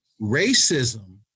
Racism